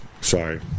Sorry